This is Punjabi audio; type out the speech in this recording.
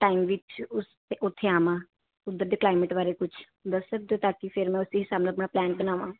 ਟਾਈਮ ਵਿਚ ਉਸ ਉੱਥੇ ਆਵਾਂ ਉੱਧਰ ਦੇ ਕਲਾਈਮੇਟ ਬਾਰੇ ਕੁਛ ਦੱਸ ਸਕਦੇ ਹੋ ਤਾਂ ਕਿ ਫਿਰ ਮੈਂ ਉਸੀ ਹਿਸਾਬ ਨਾਲ ਆਪਣਾ ਪਲੈਨ ਬਣਾਵਾਂ